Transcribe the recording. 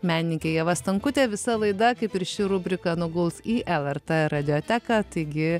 menininkė ieva stankutė visa laida kaip ir ši rubrika nuguls į lrt radioteką taigi